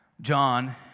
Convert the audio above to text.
John